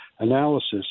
Analysis